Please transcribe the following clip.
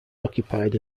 occupied